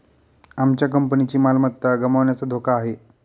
आमच्या कंपनीची मालमत्ता गमावण्याचा धोका आहे